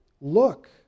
Look